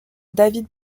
david